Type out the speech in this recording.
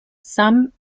some